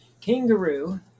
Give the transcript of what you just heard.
Kangaroo